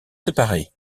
séparés